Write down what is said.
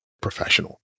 professional